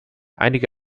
einige